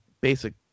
basic